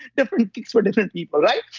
different things for different people, right?